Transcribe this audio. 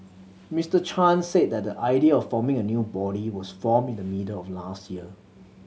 Mister Chan said that the idea of forming a new body was formed in the middle of last year